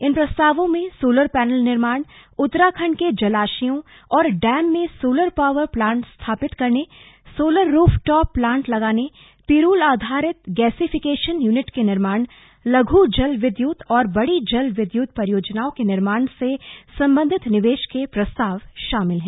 इन प्रस्तावों में solar panel निर्माण उत्तराखण्ड के जलाशयों और डैम में सोलर पॉवर प्लांट स्थापित करने सोलर रूफ टॉप प्लांट लगाने पिरूल आधारित गैसिफिकेशन यूनिट के निर्माण लघ् जल विद्युत और बड़ी जल विद्युत परियोजनाओं के निर्माण से संबधित निवेश के प्रस्ताव शामिल हैं